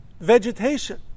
vegetation